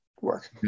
work